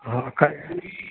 हा क